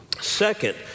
Second